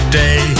day